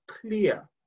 clear